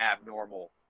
abnormal